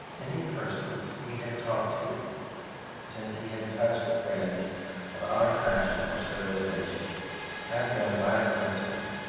any persons he had talked to since he had touched the fringe of our fashion or civilization had been by a coincidence,